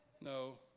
no